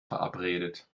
verabredet